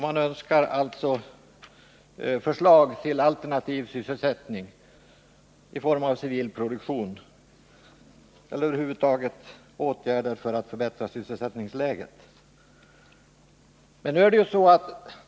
Man önskar alltså förslag till alternativ sysselsättning i form av civil produktion eller över huvud taget åtgärder för att förbättra sysselsättningsläget.